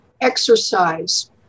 exercise